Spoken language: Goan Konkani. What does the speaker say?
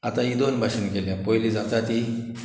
आतां ही दोन भाशेन केल्या पोयली जाता ती